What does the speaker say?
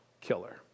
killer